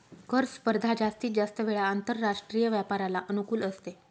कर स्पर्धा जास्तीत जास्त वेळा आंतरराष्ट्रीय व्यापाराला अनुकूल असते